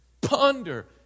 ponder